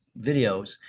videos